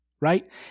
right